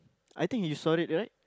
I think he saw it right